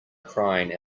crying